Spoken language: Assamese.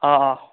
অঁ অঁ